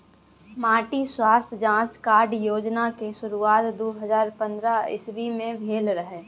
माटि स्वास्थ्य जाँच कार्ड योजना केर शुरुआत दु हजार पंद्रह इस्बी मे भेल रहय